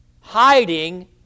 hiding